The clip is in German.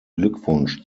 glückwunsch